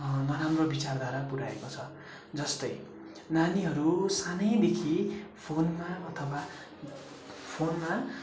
नराम्रो बिचारधारा पुऱ्याएको छ जस्तै नानीहरू सानैदेखि फोनमा अथवा फोनमा